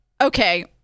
Okay